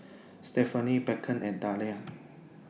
Stephenie Beckham and Dahlia